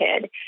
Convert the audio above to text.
kid